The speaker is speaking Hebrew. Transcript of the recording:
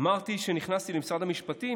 אמרתי כשנכנסתי למשרד המשפטים,